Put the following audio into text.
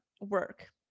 work